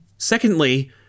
Secondly